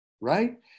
right